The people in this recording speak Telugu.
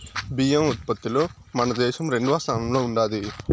బియ్యం ఉత్పత్తిలో మన దేశం రెండవ స్థానంలో ఉండాది